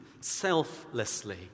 selflessly